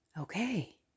Okay